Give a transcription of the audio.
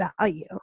value